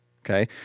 Okay